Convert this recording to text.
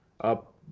Up